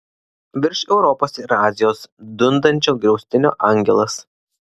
virš europos ir azijos dundančio griaustinio angelas